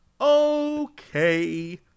Okay